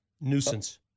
nuisance